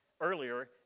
earlier